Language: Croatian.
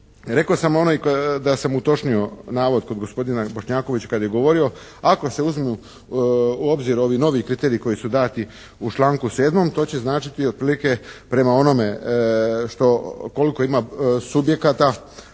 se ne razumije./… navod kod gospodina Bošnjakovića kad je govorio ako se uzmu u obzir ovi novi kriteriji koji su dati u članku 7. to će značiti otprilike prema onome što, koliko ima subjekata,